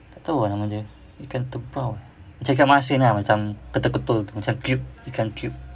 tak tahu ah nama dia ikan terprau macam ikan masin ah macam ketul-ketul macam cube ikan cube